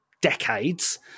decades